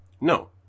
No